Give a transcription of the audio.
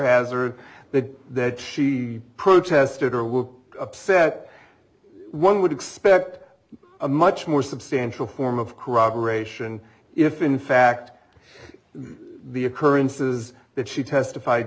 hazard that that she protested or will upset one would expect a much more substantial form of corroboration if in fact the occurrences that she testified